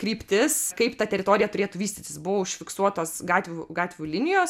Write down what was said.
kryptis kaip ta teritorija turėtų vystytis buvo užfiksuotos gatvių gatvių linijos